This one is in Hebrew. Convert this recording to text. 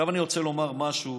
עכשיו אני רוצה לומר משהו